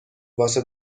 واسه